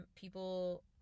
people